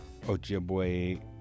Ojibwe